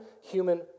human